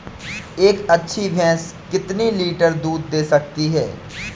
एक अच्छी भैंस कितनी लीटर दूध दे सकती है?